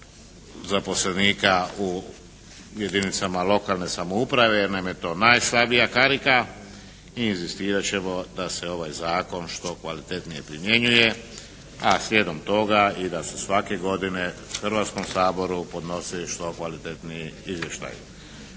zaposlenika u jedinicama lokalne samouprave, jer nam je to najslabija karika i inzistirat ćemo da se ovaj zakon što kvalitetnije primjenjuje a slijedom toga i da se svake godine Hrvatskom saboru podnosi što kvalitetniji izvještaj.